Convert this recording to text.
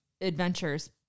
adventures